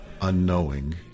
unknowing